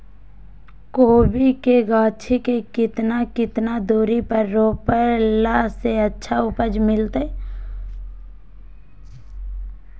कोबी के गाछी के कितना कितना दूरी पर रोपला से अच्छा उपज मिलतैय?